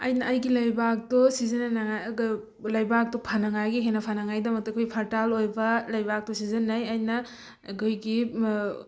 ꯑꯩꯅ ꯑꯩꯒꯤ ꯂꯩꯕꯥꯛꯇꯣ ꯁꯤꯖꯤꯟꯅꯅꯤꯡꯉꯥꯏ ꯂꯩꯕꯥꯛꯇꯣ ꯐꯅꯉꯥꯏꯒꯤ ꯍꯦꯟꯅ ꯐꯅꯉꯥꯏꯒꯤꯗꯃꯛꯇ ꯑꯩꯈꯣꯏꯒꯤ ꯐꯔꯇꯥꯏꯜ ꯑꯣꯏꯕ ꯂꯩꯕꯥꯛꯇꯣ ꯁꯤꯖꯟꯅꯩ ꯑꯩꯅ ꯑꯩꯈꯣꯏꯒꯤ